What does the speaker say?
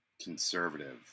Conservative